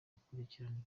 gukurikiranira